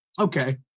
okay